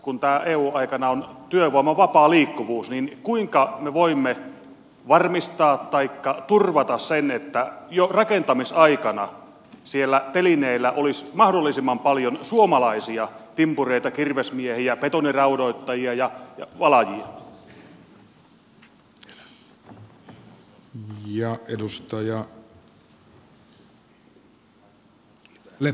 kun eu aikana on työvoiman vapaa liikkuvuus niin kuinka me voimme varmistaa taikka turvata sen että jo rakentamisaikana siellä telineillä olisi mahdollisimman paljon suomalaisia timpureita kirvesmiehiä betoniraudoittajia ja valajia